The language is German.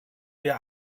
wir